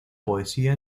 poesía